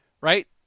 right